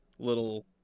little